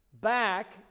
back